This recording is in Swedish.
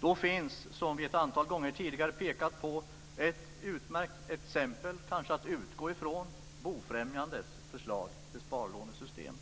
Då finns det, som vi ett antal gånger tidigare har pekat på, ett utmärkt exempel att utgå ifrån, nämligen Bofrämjandets förslag till sparlånesystem.